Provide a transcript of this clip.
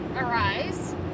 arise